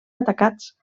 atacats